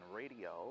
radio